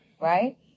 right